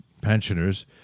pensioners